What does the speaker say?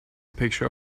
picture